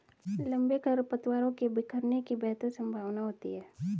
लंबे खरपतवारों के बिखरने की बेहतर संभावना होती है